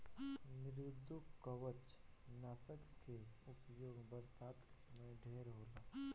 मृदुकवचनाशक कअ उपयोग बरसात के समय ढेर होला